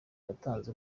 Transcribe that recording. yatanze